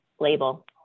label